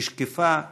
נשקפה תקווה.